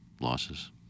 losses